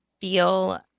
feel